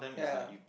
ya